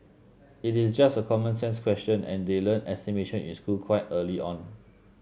it is just a common sense question and they learn estimation in school quite early on